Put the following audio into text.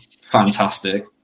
fantastic